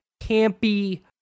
campy